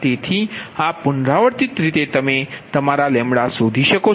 તેથી આ પુનરાવર્તિત રીતે તમે તમારા શોધી શકો છો